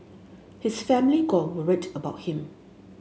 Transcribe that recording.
his family got worried about him